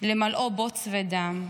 למלאו בוץ ודם.